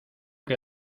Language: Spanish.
que